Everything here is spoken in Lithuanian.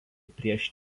prieš